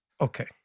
Okay